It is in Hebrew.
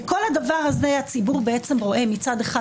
בכל הדבר הזה הציבור רואה מצד אחד,